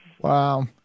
Wow